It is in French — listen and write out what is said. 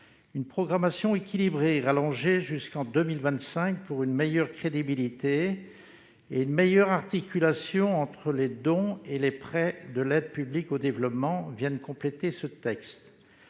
une programmation équilibrée et rallongée jusqu'en 2025, pour une meilleure crédibilité et une meilleure articulation entre les dons et les prêts de l'aide publique au développement, viennent compléter le texte.